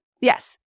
yes